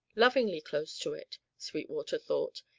lovingly close to it, sweetwater thought,